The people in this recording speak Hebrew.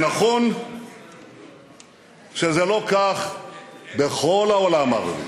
נכון שזה לא כך בכל העולם הערבי,